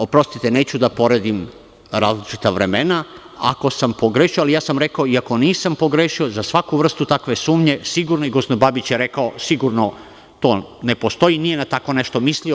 Oprostite, neću da poredim različita vremena, ako sam pogrešio, ali ja sam rekao i ako nisam pogrešio, za svaku vrstu sumnje, sigurno i gospodin Babić je rekao, sigurno to ne postoji i nije na tako nešto mislio.